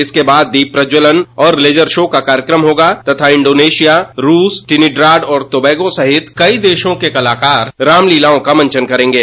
इसके बाद दीप प्रज्जवल और लेजरशो का कार्यक्रम होगा तथा इंडोनेशिया रूस टिनिड्राड और टोबेगो सहित कई देशों के कलाकार रामलीलाओं का मंचन करेंगे